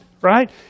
right